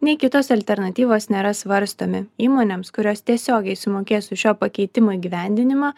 nei kitos alternatyvos nėra svarstomi įmonėms kurios tiesiogiai sumokės už šio pakeitimo įgyvendinimą